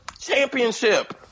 championship